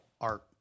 art